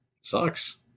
sucks